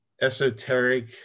esoteric